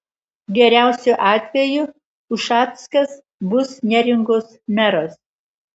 geriausiu atveju ušackas bus neringos meras